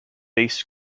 based